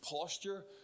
posture